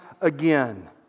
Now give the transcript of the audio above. again